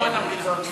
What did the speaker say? ביקורת המדינה.